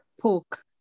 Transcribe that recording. Pork